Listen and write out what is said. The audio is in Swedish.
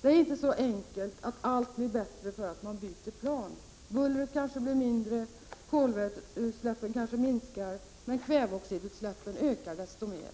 Det är inte så enkelt att allt blir bättre för att man byter plan. Bullret kanske blir mindre, kolväteutsläppen kanske minskar men kväveoxidutsläppen ökar desto mer.